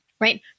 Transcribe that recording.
Right